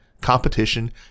competition